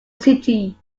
city